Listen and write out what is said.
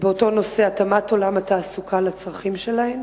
באותו נושא: התאמת עולם התעסוקה לצרכים שלהן.